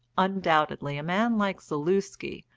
undoubtedly a man like zaluski,